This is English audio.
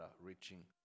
reaching